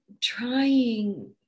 trying